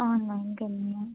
हां हा